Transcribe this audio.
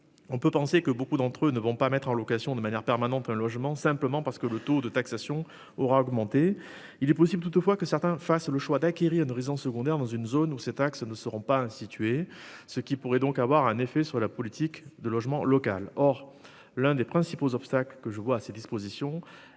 On peut penser que beaucoup d'entre eux ne vont pas mettre en location de manière permanente, un logement simplement parce que le taux de taxation aura augmenté, il est possible toutefois que certains fassent le choix d'acquérir une résidence secondaire dans une zone où ces taxes ne seront pas instituer ce qui pourrait donc avoir un effet sur la politique de logement local. Or l'un des principaux obstacles que je vois ces dispositions est celui de la mise